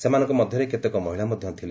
ସେମାନଙ୍କ ମଧ୍ୟରେ କେତେକ ମହିଳା ମଧ୍ୟ ଥିଲେ